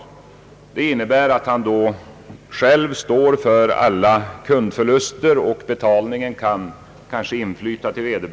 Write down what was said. Det innebär att han själv står för alla kundförluster, och betalningen kan inflyta upp till ett halvår senare.